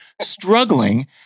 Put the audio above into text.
struggling